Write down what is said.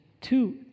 two